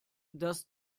dass